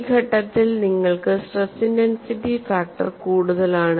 ഈ ഘട്ടത്തിൽ നിങ്ങൾക്ക് സ്ട്രെസ് ഇന്റൻസിറ്റി ഫാക്ടർ കൂടുതലാണ്